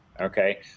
Okay